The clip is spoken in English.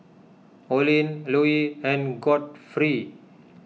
Olin Louie and Godfrey